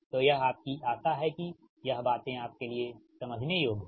तो यह आपकी आशा है कि ये बातें आपके लिए समझने योग्य हैं